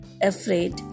afraid